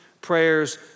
prayers